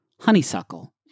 Honeysuckle